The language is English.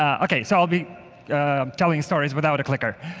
um okay. so i'll be telling stories without a clicker.